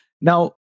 Now